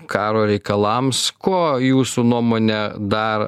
karo reikalams ko jūsų nuomone dar